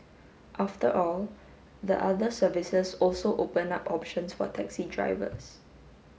after all the other services also open up options for taxi drivers